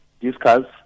discuss